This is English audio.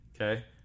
Okay